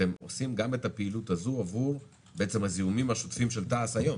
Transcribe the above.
אתם עושים את הפעילות הזאת גם בטיפול בזיהומים השוטפים של תע"ש היום?